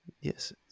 Yes